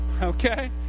okay